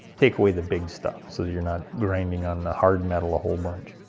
take away the big stuff so that you're not grinding on the hard metal a whole bunch.